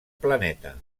planeta